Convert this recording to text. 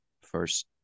first